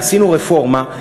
עשינו רפורמה.